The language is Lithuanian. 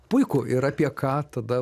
puiku ir apie ką tada